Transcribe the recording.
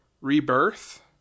rebirth